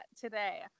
today